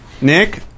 Nick